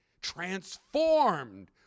transformed